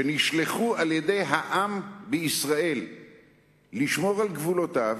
שנשלחו על-ידי העם בישראל לשמור על גבולותיו,